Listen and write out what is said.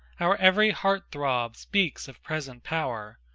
our every heart-throb speaks of present power,